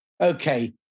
Okay